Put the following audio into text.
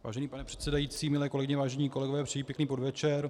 Vážený pane předsedající, milé kolegyně, vážení kolegové, přeji pěkný podvečer.